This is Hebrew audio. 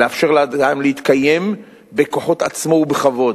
לאפשר לאדם להתקיים בכוחות עצמו ובכבוד.